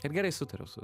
ir gerai sutariau su